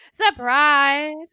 surprise